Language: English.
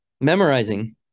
memorizing